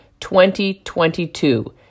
2022